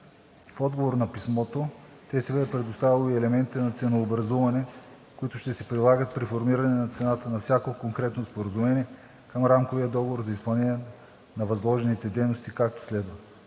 и възстановяване“ е предоставило и елементите на ценообразуване, които ще се прилагат при формиране на цената на всяко конкретно споразумение към Рамковия договор за изпълнение на възложените дейности, както следва: